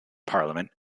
parliament